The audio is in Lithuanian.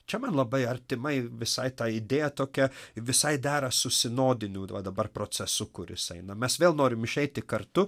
čia man labai artimai visai ta idėja tokia visai dera su sinodiniu va dabar procesu kuris eina mes vėl norim išeiti kartu